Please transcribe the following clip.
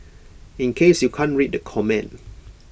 in case you can't read the comment